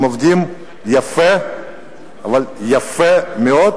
הם עובדים יפה מאוד,